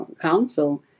council